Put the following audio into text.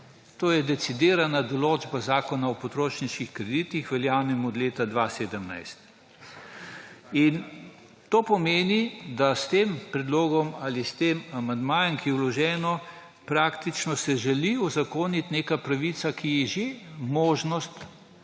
To je decidirana določba Zakona o potrošniških kreditih, veljavnega od leta 2017. To pomeni, da se s tem predlogom ali s tem amandmajem, ki je vložen, praktično želi uzakoniti neko pravico, ki jo posameznik